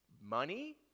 Money